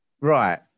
Right